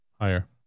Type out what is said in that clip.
higher